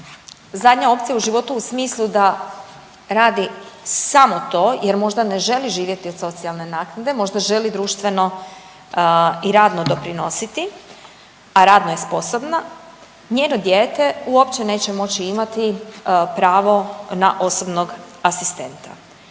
zadnja opcija u životu u smislu da radi samo to jer možda ne želi živjeti od socijalne naknade, možda želi društveno i radno doprinositi, a radno je sposobna, njeno dijete uopće neće moći imati pravo na osobnog asistenta.